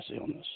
illness